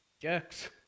jerks